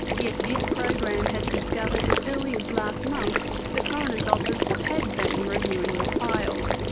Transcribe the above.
yet this program has discovered as early as last month the coroner's office had been reviewing the file.